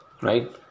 Right